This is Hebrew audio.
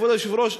כבוד היושב-ראש,